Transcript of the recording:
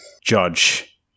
judge